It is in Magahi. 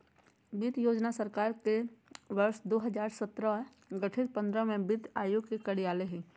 वित्त योजना सरकार वर्ष दो हजार सत्रह गठित पंद्रह में वित्त आयोग के कार्यकाल हइ